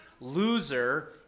loser